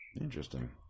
Interesting